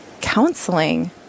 counseling